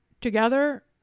together